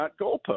goalpost